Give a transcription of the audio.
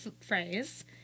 phrase